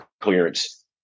clearance